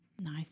Nice